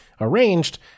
Arranged